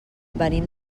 venim